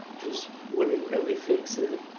just wouldn't really fix it,